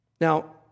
Now